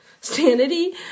sanity